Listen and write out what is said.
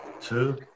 two